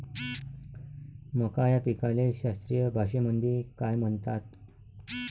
मका या पिकाले शास्त्रीय भाषेमंदी काय म्हणतात?